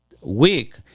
week